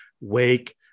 Wake